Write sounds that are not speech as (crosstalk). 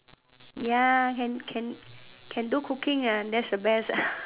ya can can can do cooking ah that's the best (breath)